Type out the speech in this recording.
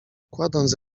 kładąc